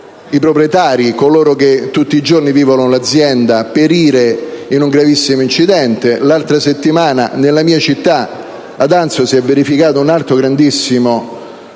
i proprietari, coloro che tutti i giorni vivono l'azienda, perire in un gravissimo incidente. L'altra settimana nella mia città, ad Anzio, si è verificato un altro gravissimo incidente,